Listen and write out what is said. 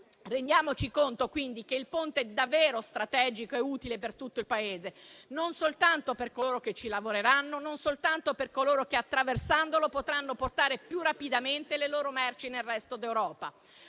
Rendiamoci conto, quindi, che il Ponte è davvero strategico e utile per tutto il Paese, non soltanto per coloro che ci lavoreranno; non soltanto per coloro che, attraversandolo, potranno portare più rapidamente le loro merci nel resto d'Europa.